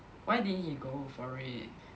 why didn't he go for it